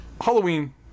halloween